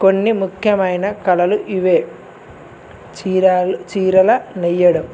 కొన్ని ముఖ్యమైన కళలు ఇవే చీరాలు చీరల నెయ్యడం